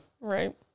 Right